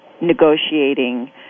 negotiating